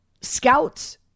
scouts